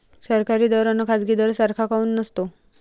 सरकारी दर अन खाजगी दर सारखा काऊन नसतो?